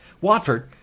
Watford